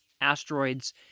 asteroids